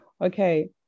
Okay